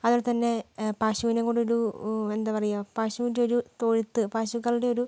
അതുപോലെത്തന്നെ പശുവിനെക്കൊണ്ടൊരു എന്താ പറയാ പശുവിൻ്റെ ഒരു തൊഴുത്ത് പശുക്കളുടെയൊരു